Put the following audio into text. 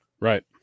Right